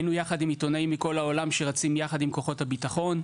היינו יחד עם עיתונאים מכל העולם שרצים יחד עם כוחות הביטחון,